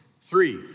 Three